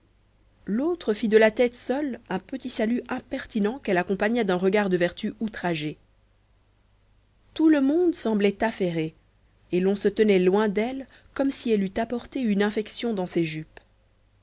l'autre fit de la tête seule un petit salut impertinent qu'elle accompagna d'un regard de vertu outragée tout le monde semblait affairé et l'on se tenait loin d'elle comme si elle eût apporté une infection dans ses jupes